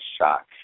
shock